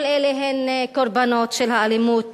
כל אלה הן קורבנות של האלימות